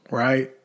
right